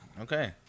Okay